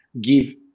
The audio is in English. give